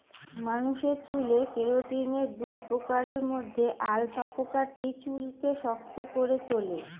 মানুষের চুলে কেরাটিনের দুই প্রকারের মধ্যে আলফা প্রকারটি চুলকে শক্ত করে তোলে